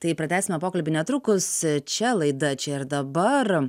tai pratęsime pokalbį netrukus čia laida čia ir dabar